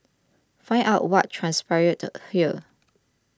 find out what transpired here